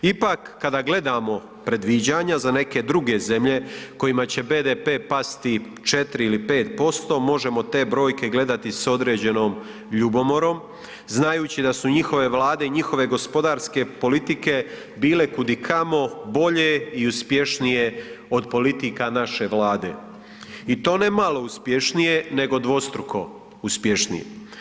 Ipak kada gledamo predviđanja za neke druge zemlje kojima će BDP pasti 4 ili 5% možemo te brojke gledati s određenom ljubomorom, znajući da su njihove vlade i njihove gospodarske politike bile kudikamo bolje i uspješnije od politika naše Vlade i to ne malo uspješnije nego dvostruko uspješnije.